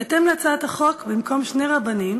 בהתאם להצעת החוק, במקום שני רבנים